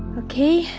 okay,